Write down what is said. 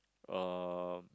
uh